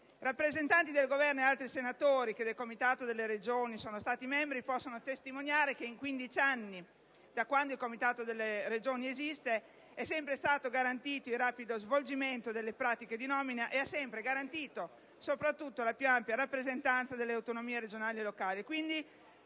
Rappresentanti del Governo ed altri senatori che del Comitato delle regioni sono stati membri possono testimoniare che in quindici anni, da quando il Comitato delle regioni esiste, è sempre stato garantito il rapido svolgimento delle pratiche di nomina e, soprattutto, è sempre stata garantita la più ampia rappresentanza delle autonomie regionali e locali.